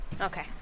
Okay